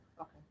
Okay